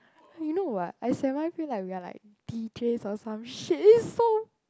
you know what I semi feel like we are like deejays or some shit is so